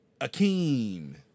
Akeem